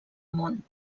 món